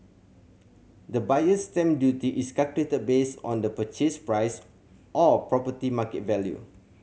the Buyer's Stamp Duty is calculated based on the purchase price or property market value